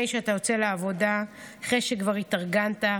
שאתה יוצא לעבודה אחרי שכבר התארגנת,